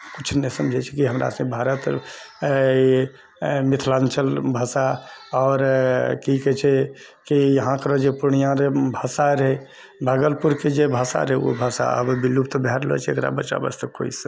कुछ नहि समझै छै कि हमरा से भारत ई मिथिलाञ्चल भाषा आओर की कहै छै यहाँके रऽ पूर्णियाके भाषा रहै भागलपूरके जे भाषा रहै उ भाषा आब विलुप्त भए रहलो छै एकरा बचावै वास्ते कोइ सा